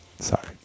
Sorry